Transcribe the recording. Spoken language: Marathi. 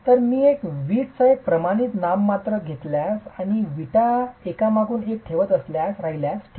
तर मी वीटचा एक प्रमाणित नाममात्र घेतल्यास आणि विटा एकामागून एक ठेवत राहिल्यास ठीक आहे